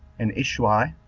and isui,